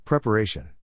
Preparation